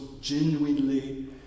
genuinely